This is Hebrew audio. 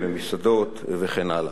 במסעדות וכן הלאה.